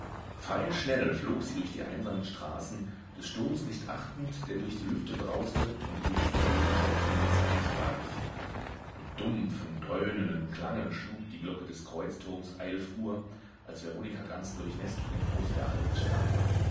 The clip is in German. pfeilschnell flog sie durch die einsamen straßen des sturms nicht achtend der durch die lüfte brauste und ihr die dicken regentropfen ins gesicht warf mit dumpfem dröhnenden klange schlug die glocke des kreuzturms eilf uhr als veronika ganz durchnäßt vor dem hause der alten stand